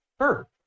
Sure